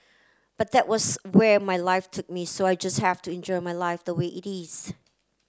but that was where my life took me so I just have to enjoy my life the way it is